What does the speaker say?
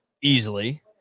easily